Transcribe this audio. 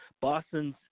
Boston's